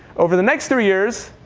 over the next three years,